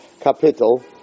capital